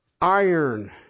iron